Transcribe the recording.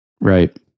Right